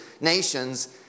nations